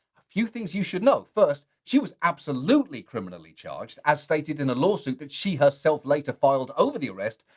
a few things you should know. first, she was absolutely criminally charged, as stated in a lawsuit that she herself later filed over the arrest,